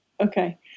Okay